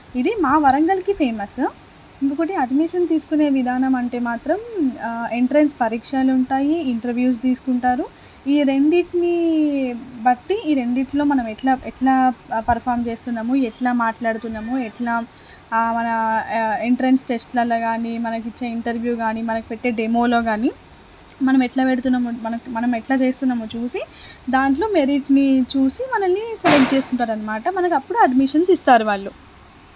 ఇది మా వరంగల్కి ఫేమస్ ఇంకొకటి అడ్మిషన్ తీసుకునే విధానం అంటే మాత్రం ఎంట్రన్స్ పరీక్షలు ఉంటాయి ఇంటర్వ్యూస్ తీసుకుంటారు ఈ రెండిటినీ బట్టి ఈ రెండిట్లో మనం ఎట్లా ఎట్లా పర్ఫామ్ చేస్తున్నాము ఎట్లా మాట్లాడుతున్నాము ఎట్లా మన ఎంట్రన్స్ టెస్ట్లలో కానీ మనకి ఇచ్చే ఇంటర్వ్యూ కానీ మనకి పెట్టే డెమోలో కానీ మనం ఎట్లా పెడుతున్నాం మనం ఎట్లా చేస్తున్నామో చూసి దాంట్లో మెరిట్ని చూసి మనల్ని సెలెక్ట్ చేసుకుంటారు అనమాట మనకి అప్పుడు అడ్మిషన్స్ ఇస్తారు వాళ్ళు